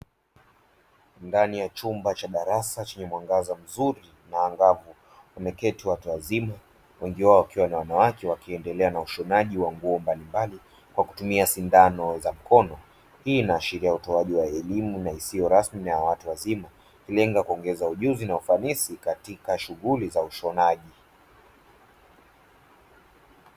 Ndani ya chumba cha darasa chenye mwangaza muzuri na angavu wameketi watu wazima wengi wao wakiwa ni wanawake wakiendelea na ushonaji wa nguo mbalimbali kwa kutumia sindano za mkono ,hii inaashiria utoaji wa elimu ya watu wazima na isiyo rasmi ikilenga kuoingeza ujuzi na ufanisi katika shughuli za ushonaji.